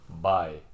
Bye